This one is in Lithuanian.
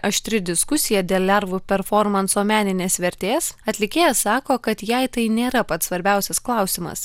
aštri diskusija dėl lervų performanso meninės vertės atlikėja sako kad jai tai nėra pats svarbiausias klausimas